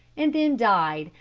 and then died,